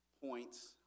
points